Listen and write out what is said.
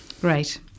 Great